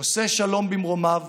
"עושה שלום במרומיו